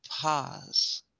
pause